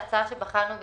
ההצעה שבלנו-